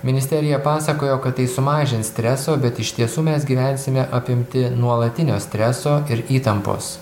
ministerija pasakojo kad tai sumažins streso bet iš tiesų mes gyvensime apimti nuolatinio streso ir įtampos